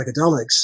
psychedelics